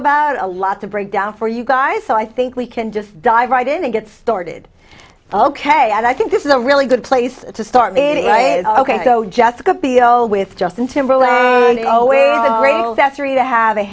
about a lot to break down for you guys so i think we can just dive right in and get started ok and i think this is a really good place to start ok go jessica biel with justin timberlake i have a